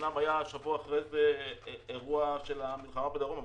אמנם שבוע אחרי כן היה האירוע של המלחמה בדרום,